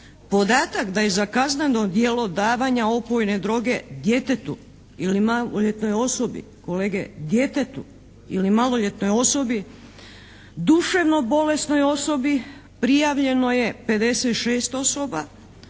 Podatak da je za kazneno djelo davanja opojne droge djetetu ili maloljetnoj osobi, kolege djetetu ili maloljetnoj osobi,